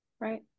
Right